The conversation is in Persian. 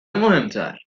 مهمتر